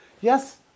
Yes